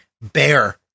bear